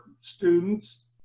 students